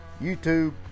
YouTube